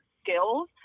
skills